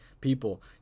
people